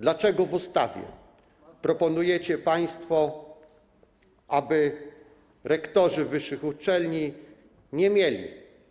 Dlaczego w ustawie proponujecie państwo, aby rektorzy wyższych uczelni